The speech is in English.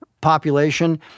population